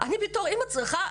אני צריכה,